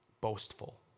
boastful